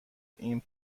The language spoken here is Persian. این